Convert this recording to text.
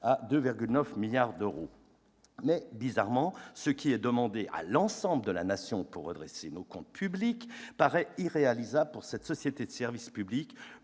à 2,9 milliards d'euros. Mais, bizarrement, ce qui est demandé à l'ensemble de la Nation pour redresser les comptes publics paraît irréalisable pour cette société de service public,